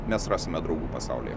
mes rasime draugų pasaulyje